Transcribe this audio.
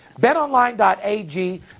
BetOnline.ag